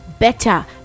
better